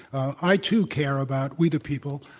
i too care about we the people.